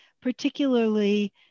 particularly